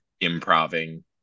improving